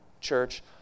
church